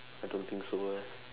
I don't think so eh